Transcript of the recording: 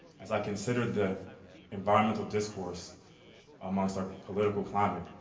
as i considered the environmental discourse amongst our political climate,